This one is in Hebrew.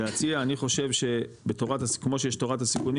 להציע אני חושב שכמו שיש תורת הסיכונים